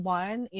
one